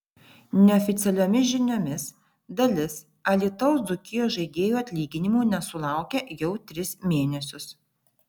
neoficialiomis žiniomis dalis alytaus dzūkijos žaidėjų atlyginimų nesulaukia jau tris mėnesius